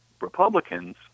Republicans